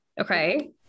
okay